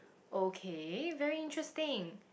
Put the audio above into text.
okay very interesting